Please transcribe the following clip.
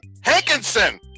Hankinson